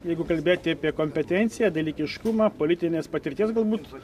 jeigu kalbėti apie kompetenciją dalykiškumą politinės patirties galbūt